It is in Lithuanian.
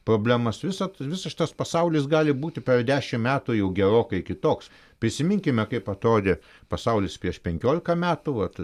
problemas visat visas šitas pasaulis gali būti per dešim metų jau gerokai kitoks prisiminkime kaip atrodė pasaulis prieš penkiolika metų vat